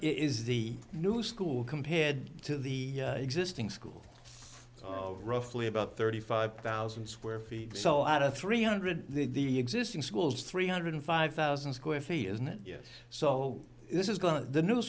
is the new school compared to the existing school of roughly about thirty five thousand square feet so out of three hundred the existing schools three hundred five thousand square feet isn't it yes so this is going to the new